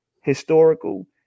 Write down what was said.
historical